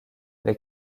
les